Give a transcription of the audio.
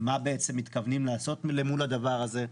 מה בעצם מתכוונים לעשות מול הדבר הזה?